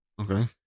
Okay